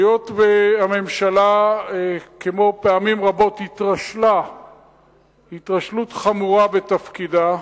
היות שהממשלה כמו בפעמים רבות התרשלה התרשלות חמורה בתפקידה,